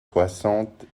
soixante